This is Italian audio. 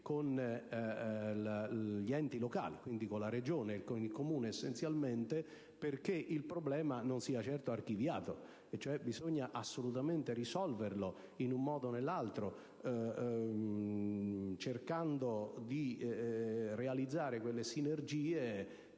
con gli enti locali, quindi con la Regione e con il Comune, affinché il problema non sia archiviato: bisogna assolutamente risolverlo in un modo o nell'altro, cercando di realizzare quelle sinergie